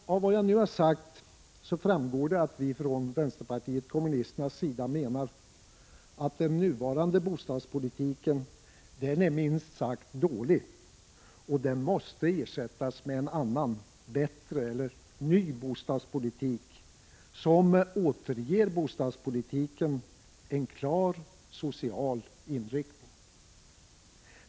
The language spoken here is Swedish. Av vad jag nu har sagt framgår det att vi från vpk:s sida menar att den nuvarande bostadspolitiken är minst sagt dålig och att den måste ersättas med en annan, bättre eller ny bostadspolitik som återger bostadspolitiken en klar social inriktning.